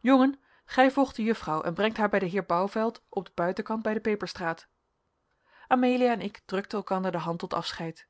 jongen gij volgt de juffrouw en brengt haar bij den heer bouvelt op den buitenkant bij de peperstraat amelia en ik drukten elkander de hand tot afscheid